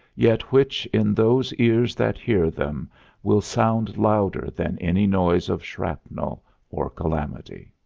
yet which in those ears that hear them will sound louder than any noise of shrapnel or calamity.